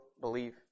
believe